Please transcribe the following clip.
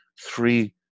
three